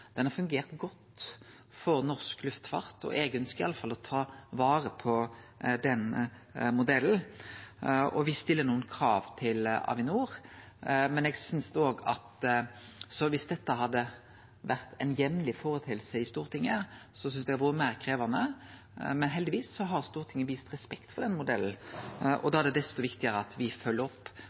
Den har fungert godt for norsk luftfart, og eg ønskjer iallfall å ta vare på den modellen. Me stiller nokre krav til Avinor. Viss dette hadde vore ei jamleg hending i Stortinget, synest eg det hadde vore meir krevjande, men heldigvis har Stortinget vist respekt for den modellen, og da er det desto viktigare at me følgjer opp